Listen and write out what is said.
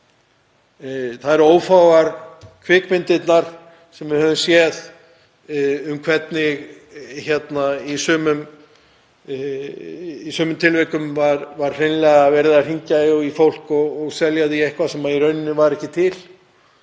Það eru ófáar kvikmyndirnar sem við höfum séð um hvernig í sumum tilvikum var hreinlega verið að hringja í fólk og selja því eitthvað sem var í raun ekki til.